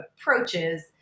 approaches